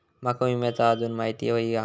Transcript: माका विम्याची आजून माहिती व्हयी हा?